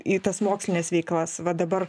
į tas mokslines veiklas va dabar